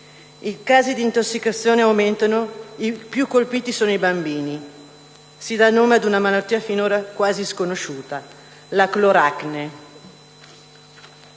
I casi di intossicazione aumentano e i più colpiti sono i bambini. Si dà il nome ad una malattia finora quasi sconosciuta: la cloracne.